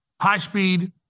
high-speed